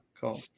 Cool